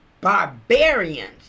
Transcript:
barbarians